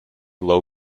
low